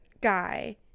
guy